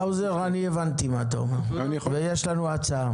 האוזר, אני הבנתי מה אתה אומר ויש לנו הצעה.